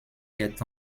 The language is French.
est